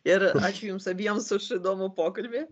ir ačiū jums abiems už įdomų pokalbį